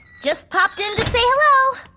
just popped in to say hello.